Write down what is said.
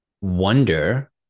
Wonder